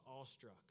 awestruck